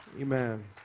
amen